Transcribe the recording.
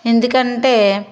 ఎందుకంటే